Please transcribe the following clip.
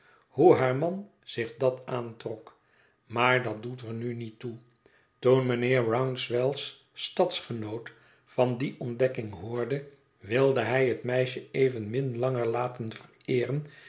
hoe haar man zich dat aantrok maar dat doet er nu niet toe toen mijnheer rouncewell's stadgenoot van die ontdekking hoorde wilde hij het meisje evenmin langer laten